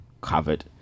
covered